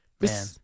man